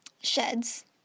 sheds